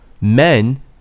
Men